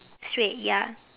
straight ya